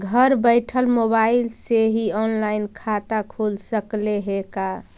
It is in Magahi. घर बैठल मोबाईल से ही औनलाइन खाता खुल सकले हे का?